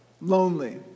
lonely